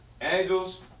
Angels